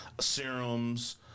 serums